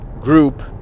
group